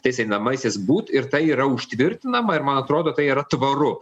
tais einamaisiais būt ir tai yra užtvirtinama ir man atrodo tai yra tvaru